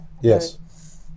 Yes